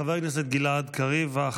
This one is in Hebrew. חבר הכנסת גלעד קריב, ואחריו,